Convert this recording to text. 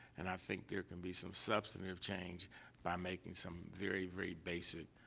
and i think there can be some substantive change by making some very, very basic,